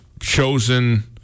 chosen